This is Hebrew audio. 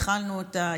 התחלנו אותן,